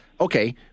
okay